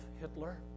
Hitler